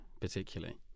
particularly